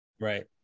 right